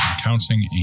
counseling